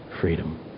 freedom